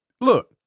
look